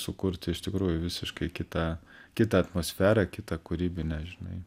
sukurti iš tikrųjų visiškai kitą kitą atmosferą kitą kūrybinę žinai